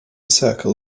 circle